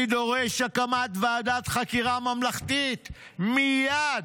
"אני דורש הקמת ועדת חקירה ממלכתית מייד.